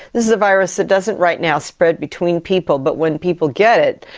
this is a virus that doesn't right now spread between people, but when people get it,